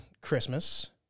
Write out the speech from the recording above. Christmas